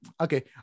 okay